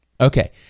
Okay